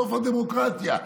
סוף הדמוקרטיה,